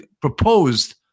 proposed